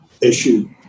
issue